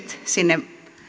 sinne